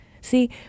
See